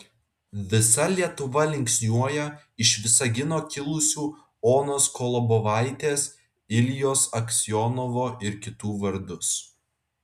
visa lietuva linksniuoja iš visagino kilusių onos kolobovaitės iljos aksionovo ir kitų vardus